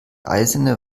eisene